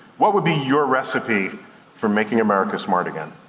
what would be your recipe for making america smart again?